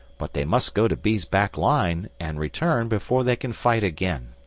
but they must go to b's back line and return before they can fight again.